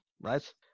right